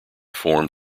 formed